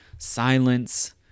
silence